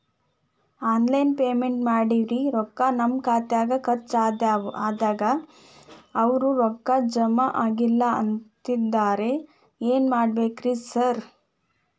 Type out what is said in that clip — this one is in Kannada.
ಆನ್ಲೈನ್ ಪೇಮೆಂಟ್ ಮಾಡೇವಿ ರೊಕ್ಕಾ ನಮ್ ಖಾತ್ಯಾಗ ಖರ್ಚ್ ಆಗ್ಯಾದ ಅವ್ರ್ ರೊಕ್ಕ ಜಮಾ ಆಗಿಲ್ಲ ಅಂತಿದ್ದಾರ ಏನ್ ಮಾಡ್ಬೇಕ್ರಿ ಸರ್?